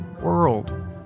world